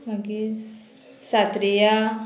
मागीर सात्रिया